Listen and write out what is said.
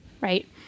right